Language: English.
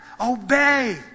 obey